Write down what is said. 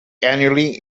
annually